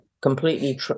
completely